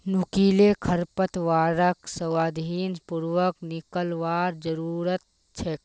नुकीले खरपतवारक सावधानी पूर्वक निकलवार जरूरत छेक